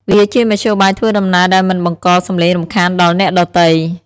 វាជាមធ្យោបាយធ្វើដំណើរដែលមិនបង្កសំឡេងរំខានដល់អ្នកដទៃ។